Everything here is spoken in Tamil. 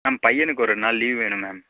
மேம் பையனுக்கு ஒரு நாள் லீவ் வேணும் மேம்